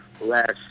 last